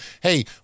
hey